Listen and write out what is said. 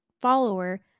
follower